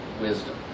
wisdom